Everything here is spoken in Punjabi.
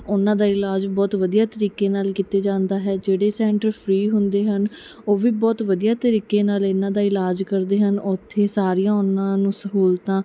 ਉਹਨਾਂ ਦਾ ਇਲਾਜ ਬਹੁਤ ਵਧੀਆ ਤਰੀਕੇ ਨਾਲ ਕੀਤੇ ਜਾਂਦਾ ਹੈ ਜਿਹੜੇ ਸੈਂਟਰ ਫਰੀ ਹੁੰਦੇ ਹਨ ਉਹ ਵੀ ਬਹੁਤ ਵਧੀਆ ਤਰੀਕੇ ਨਾਲ ਇਹਨਾਂ ਦਾ ਇਲਾਜ ਕਰਦੇ ਹਨ ਉੱਥੇ ਸਾਰੀਆਂ ਉਹਨਾਂ ਨੂੰ ਸਹੂਲਤਾਂ